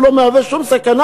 הוא לא מהווה שום סכנה.